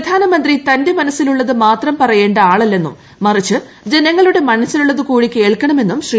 പ്രധാനമന്ത്രി തന്റെ മനസ്സിലുള്ളത് മാത്രം പറയേണ്ട ആളല്ലെന്നും മറിച്ച് ജനങ്ങളുടെ മനസ്സിലുള്ളത് കൂടി കേൾക്കണമെന്നും ശ്രീ